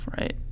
Right